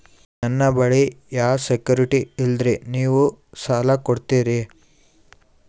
ನನ್ನ ಬಳಿ ಯಾ ಸೆಕ್ಯುರಿಟಿ ಇಲ್ರಿ ನೀವು ಸಾಲ ಕೊಡ್ತೀರಿ?